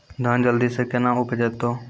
धान जल्दी से के ना उपज तो?